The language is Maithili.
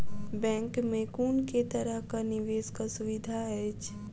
बैंक मे कुन केँ तरहक निवेश कऽ सुविधा अछि?